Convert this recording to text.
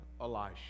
Elisha